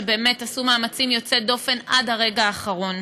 שבאמת עשו מאמצים יוצאי דופן עד לרגע האחרון,